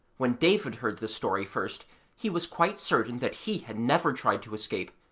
when david heard this story first he was quite certain that he had never tried to escape,